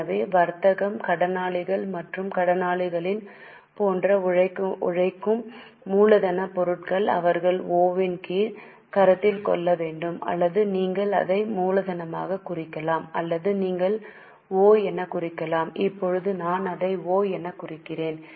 எனவே வர்த்தகம் கடனாளிகள் மற்றும் கடனாளிகள் போன்ற உழைக்கும் மூலதனப் பொருட்களை அவர்கள் ஓ இன் கீழ் கருத்தில் கொள்ள வேண்டும் அல்லது நீங்கள் அதை மூலதனமாகக் குறிக்கலாம் அல்லது நீங்கள் அதை ஓ எனக் குறிக்கலாம் இப்போது நான் அதை ஓ எனக் குறிக்கிறேன்